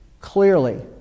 Clearly